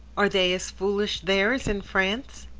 are they as foolish there as in france?